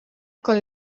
con